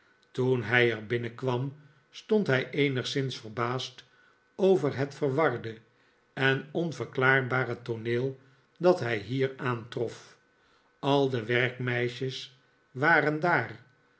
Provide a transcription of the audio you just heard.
toen hij er binnenkwam stond hij eenigszins verbaasd over het verwarde en onverklaarbare tooneel dat hij hier aantrof al de werkmeisjes waren daar